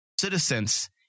citizens